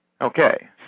Okay